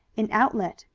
an outlet,